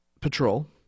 patrol